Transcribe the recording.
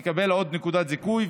היא תקבל עוד נקודת זיכוי,